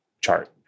chart